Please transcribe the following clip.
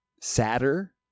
sadder